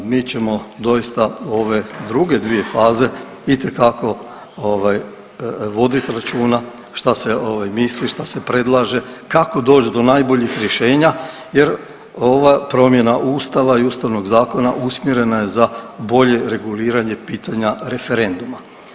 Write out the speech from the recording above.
Mi ćemo doista ove druge dvije faze itekako ovaj voditi računa šta se ovaj misli, šta se predlaže, kako doći do najboljih rješenja jer ova promjena Ustava i Ustavnog zakona usmjerena je za bolje reguliranje pitanja referenduma.